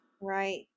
Right